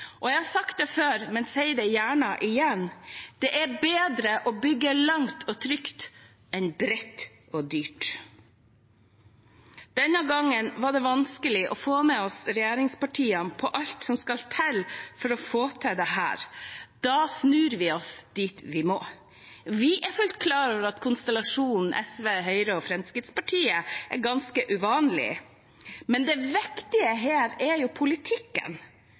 Jeg har sagt det før, men sier det gjerne igjen: Det er bedre å bygge langt og trygt enn bredt og dyrt. Denne gangen var det vanskelig å få med regjeringspartiene på alt som skal til for å få til dette. Da snur vi oss dit vi må. Vi er fullt klar over at konstellasjonen SV, Høyre og Fremskrittspartiet er ganske uvanlig, men det viktige her er politikken,